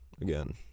again